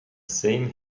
same